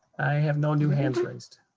i have no new hands raised.